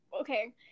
Okay